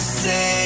say